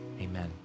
Amen